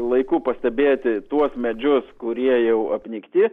laiku pastebėti tuos medžius kurie jau apnikti